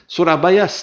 Surabaya